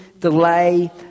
delay